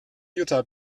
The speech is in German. jutta